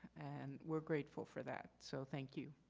and we are grateful for that. so thank you.